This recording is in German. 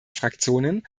fraktionen